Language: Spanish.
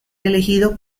elegido